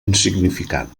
insignificant